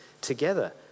together